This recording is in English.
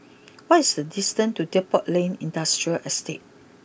what is the distance to Depot Lane Industrial Estate